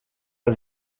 del